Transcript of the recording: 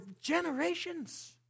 generations